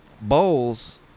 bowls